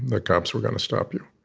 the cops were going to stop you